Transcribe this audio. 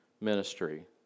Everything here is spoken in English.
ministry